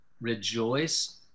rejoice